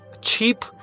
cheap